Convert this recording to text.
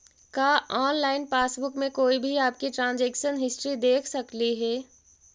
का online passbook में कोई भी आपकी ट्रांजेक्शन हिस्ट्री देख सकली हे